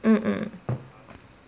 mm mm